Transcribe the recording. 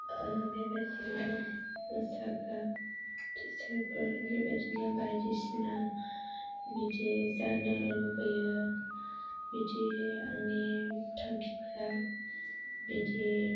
बेबायदिनो मोसाग्रा टिचार फोरनि बायदिनो बायदिसिना बिदि जानो लुबैयो बिदि आंनि थांखिफोरा बिदि